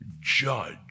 judge